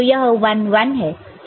तो यह 1 1 है